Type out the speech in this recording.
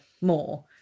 more